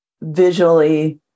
visually